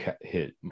hit